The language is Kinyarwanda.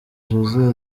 jose